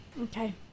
Okay